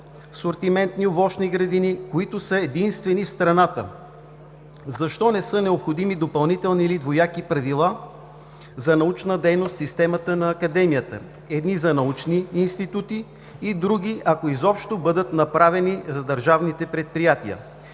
асортиментни овощни градини, които са единствени в страната. Защо не са необходими допълнителни или двояки правила за научна дейност в системата на Академията – едни за научни институти и други, ако изобщо бъдат направени, за държавните предприятия.